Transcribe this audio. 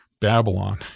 Babylon